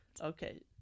Okay